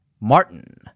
Martin